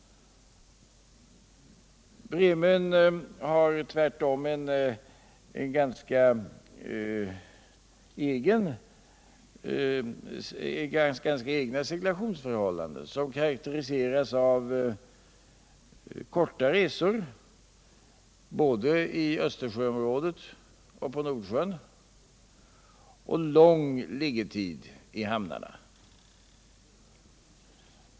Bremön har tvärtom ganska egna seglationsförhållanden, som karakteriseras av korta resor, både i Östersjöområdet och på Nordsjön, och lång liggetid i hamnarna.